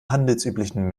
handelsüblichen